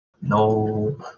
No